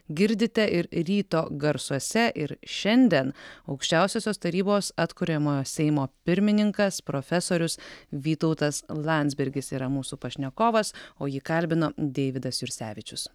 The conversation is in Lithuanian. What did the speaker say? girdite ir ryto garsuose ir šiandien aukščiausiosios tarybos atkuriamojo seimo pirmininkas profesorius vytautas landsbergis yra mūsų pašnekovas o jį kalbino deividas jursevičius